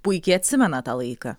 puikiai atsimena tą laiką